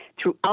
throughout